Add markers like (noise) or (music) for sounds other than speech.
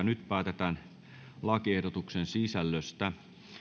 (unintelligible) nyt päätetään lakiehdotuksen sisällöstä